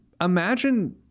imagine